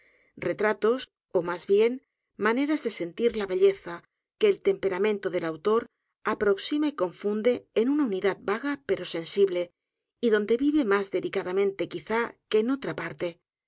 retratos ó más bien maneras de sentir la belleza que el temperamento del autor aproxima y confunde en una unidad v a g a pero sensible y donde vive más delicadamente quizá que en otra parte